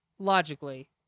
Logically